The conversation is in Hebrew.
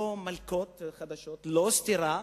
לא מלקות חדשות, לא סטירה.